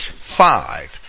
Five